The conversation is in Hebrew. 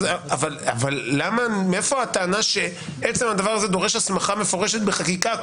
אבל מאיפה הטענה שעצם זה דורש הסמכה מפורשת בחקיקה?